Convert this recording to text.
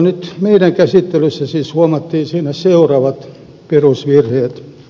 nyt meidän käsittelyssämme siis huomattiin siinä seuraavat perusvirheet